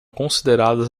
consideradas